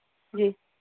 ਜੀ